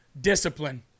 Discipline